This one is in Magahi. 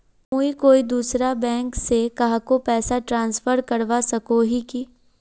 मुई कोई दूसरा बैंक से कहाको पैसा ट्रांसफर करवा सको ही कि?